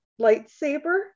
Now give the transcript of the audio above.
lightsaber